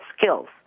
skills